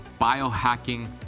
biohacking